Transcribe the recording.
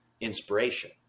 inspiration